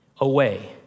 away